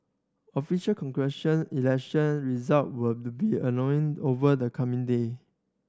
official election result were to be annoying over the coming day